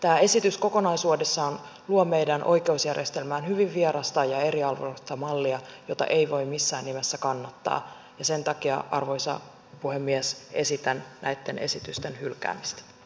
tämä esitys kokonaisuudessaan luo meidän oikeusjärjestelmäämme hyvin vierasta ja eriarvoistavaa mallia jota ei voi missään nimessä kannattaa ja sen takia arvoisa puhemies esitän näitten esitysten hylkäämistä